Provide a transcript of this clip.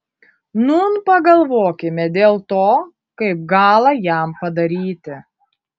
nūn pagalvokime dėl to kaip galą jam padaryti